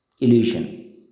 illusion